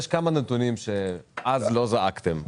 יש כמה נתונים שאז לא זעקתם עליהם.